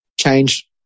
change